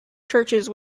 churches